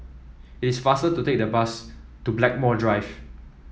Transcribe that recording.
it is faster to take the bus to Blackmore Drive